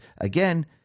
again